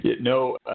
No